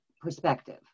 perspective